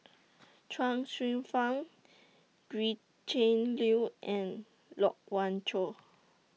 Chuang Hsueh Fang Gretchen Liu and Loke Wan Tho